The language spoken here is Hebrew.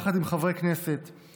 יחד עם חברי כנסת,